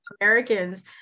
Americans